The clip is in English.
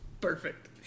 Perfect